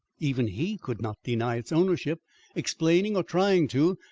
even he could not deny its ownership explaining, or trying to,